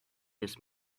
this